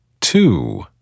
two